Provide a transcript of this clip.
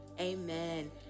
Amen